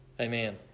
Amen